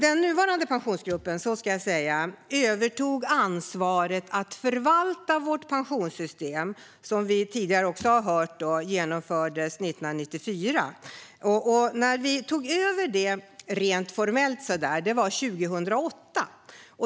Den nuvarande Pensionsgruppen övertog ansvaret för att förvalta det pensionssystem som genomfördes 1994, som vi också har hört tidigare. Vi tog över det rent formellt 2008.